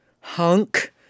hunk